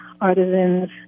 artisans